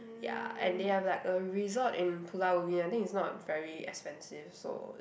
ya and they have like a resort in Pulau Ubin I think it's not very expensive so